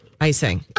icing